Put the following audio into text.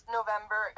November